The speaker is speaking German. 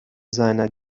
seiner